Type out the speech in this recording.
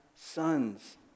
Sons